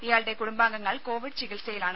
ഇയാളുടെ കുടുംബാംഗങ്ങൾ കോവിഡ് ചികിത്സയിലാണ്